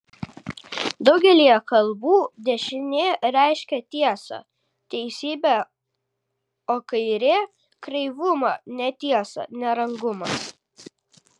daugelyje kalbų dešinė reiškia tiesą teisybę o kairė kreivumą netiesą nerangumą